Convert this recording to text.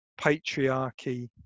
patriarchy